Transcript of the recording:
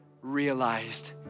realized